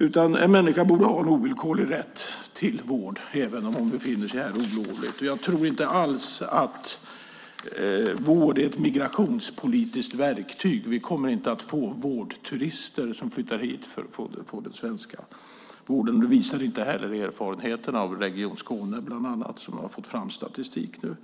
Även den som befinner sig här olovligt borde ha ovillkorlig rätt till vård. Jag tror inte alls att vård är ett migrationspolitiskt verktyg. Vi kommer inte att få vårdturister - alltså att man flyttar hit för att få svensk vård. Det visar bland erfarenheterna från Region Skåne som nu har fått fram statistik över